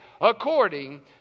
according